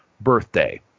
birthday